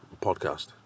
podcast